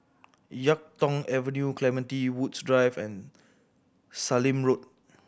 Yuk Tong Avenue Clementi Woods Drive and Sallim Road